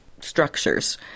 structures